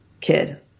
kid